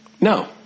No